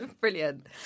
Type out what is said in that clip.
Brilliant